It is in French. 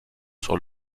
sur